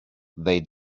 they